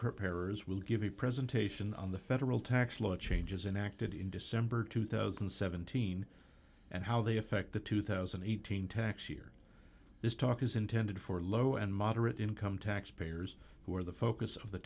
preparers will give a presentation on the federal tax law changes and acted in december two thousand and seventeen and how they affect the two thousand and eighteen tax year this talk is intended for low and moderate income taxpayers who are the focus of the